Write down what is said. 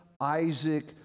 Isaac